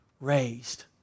raised